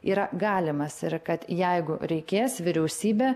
yra galimas ir kad jeigu reikės vyriausybė